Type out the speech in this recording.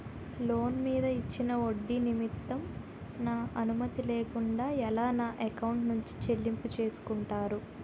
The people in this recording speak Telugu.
లోన్ మీద ఇచ్చిన ఒడ్డి నిమిత్తం నా అనుమతి లేకుండా ఎలా నా ఎకౌంట్ నుంచి చెల్లింపు చేసుకుంటారు?